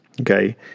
okay